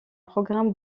programme